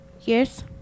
yes